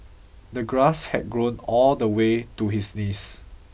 the grass had grown all the way to his knees